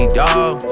dawg